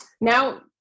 Now